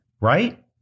right